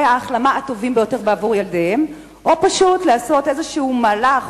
ההחלמה הטובים ביותר לילדיהם או פשוט לעשות איזה מהלך,